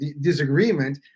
disagreement